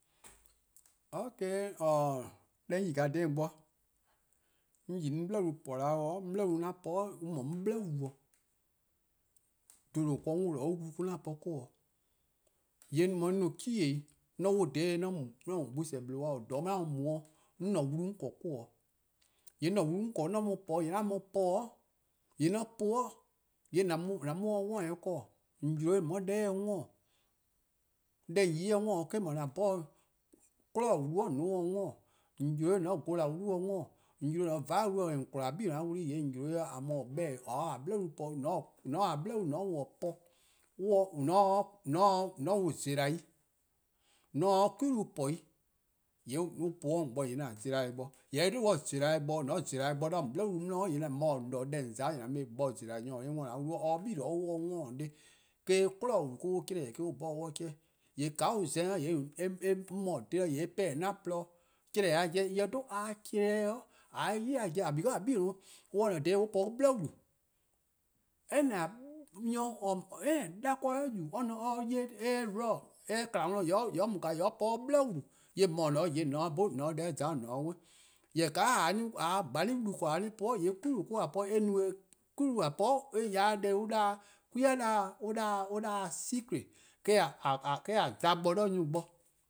Ok! :oror:, 'deh 'on yi-a dha :on bo, 'on yi 'on 'bli :wlu :po da. 'on 'bli-wlu: 'an po-a, 'on 'bli :wlu 'o. 'bluhba' :or :korn-a ken 'on 'wluh-dih-a or-: :korn wlu 'an po, 'de mor 'on se-ih change-ih, :mor 'on 'wluh dha :dha :daa 'on mu 'de gbuseh :bluhba ken dha 'o :dha an mu-a mu-' 'an-a' wlu 'on 'ble-a mo 'o, :yee' 'an-a' wlu 'on 'ble-a :mor 'an mu po 'o :yee' 'an mu-uh po 'o! :yee' :mor 'on po-uh, :yee' :an mu-uh-dih worn-eh 'ble-', :on yi 'de :on 'ye deh-dih 'worn, deh :on yi-a dih worn 'da eh-: 'dhu, 'kwinehbo: wlu :on 'ye-uh-dih 'worn, :on yi 'de :on 'ye gola: wlu-dih 'worn, :on yi 'de :on 'ye 'vai' wlu-dih worn or. :on kpon-a 'bei'-a wlu 'weh, :yee' :on yi 'de :a :mor 'beh-dih :or 'ye-a 'bli wlu po, :mor :on taa :a 'bli wlu po, :mor se-ih-dih zela: 'i, :mor :on se 'de 'kwi wlu :po 'i, :yee' :mor on po-uh 'de :on bo :yee' :an zela-uh bo-dih. :yee' :mor eh 'dhu on zela-eh bo-dih, :yee' :mor :on zela-eh bo-dih 'de :on 'bli wlu 'di, :yee' deh :on za-a' :an mu-eh bo-dih zela: :neheh' nyor :or se-a an wlu-dih 'worn or 'ye an wlu-dih 'worn deh 'jeh. Eh-: :korn 'kwinehbo: wlu-a 'chlee-deh: an 'bhorn on 'ye 'chle. :yee' :ka on za-eh :yee' 'mor :or :dhe-a en 'pehn-dih 'an :porluh-dih. :chlee-deh-a 'jeh :mor eh 'dhu a 'chle-eh, :a ye-eh ya pobo: because :a 'bei' :mor on :dhe-dih :yee' an po on 'bli-wlu:, any :mor eh :kma 'worn :yee' or po or 'ble :wlu, :yee' :mor :or :dhe-a dih 'do or 'bhun deh or za-' :yee' an 'worn-dih. :yee' :ka :a se-a wlu 'sluh 'ble :a 'ye-a po :yee' 'kwi-wlu mo-: :a po, :yee' 'kwi-wlu :a po-a, eh ya 'de deh an 'da-dih 'kwi-a 'da-dih-a secrete eh-: :a za bo 'de nyor+ bo